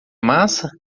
massa